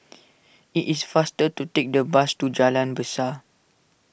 it is faster to take the bus to Jalan Besar